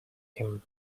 him